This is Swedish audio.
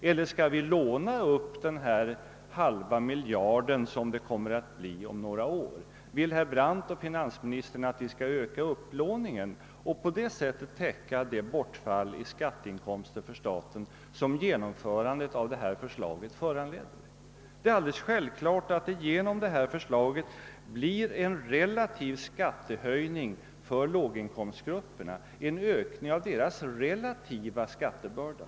Eller skall vi låna upp den halva miljard som minskningen kommer att utgöra om några år? Vill herr Brandt och finansministern att vi skall öka upplåningen och på det sättet täcka det bortfall i skatteinkomster för staten som genomförandet av detta förslag föranleder? Genom förslaget blir det naturligtvis en relativ skattehöjning för låginkomstgrupperna, en ökning av deras relativa skattebörda.